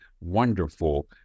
wonderful